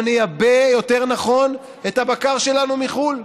יותר נכון נייבא, את הבקר שלנו מחו"ל?